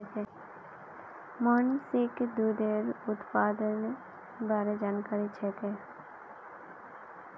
मोहनीशक दूधेर उप उत्पादेर बार जानकारी छेक